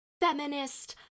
feminist